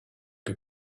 que